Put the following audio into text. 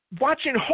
watching